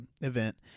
event